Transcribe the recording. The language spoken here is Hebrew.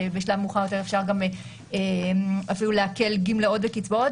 בשלב מאוחר יותר אפשר אפילו לעקל גמלאות וקצבאות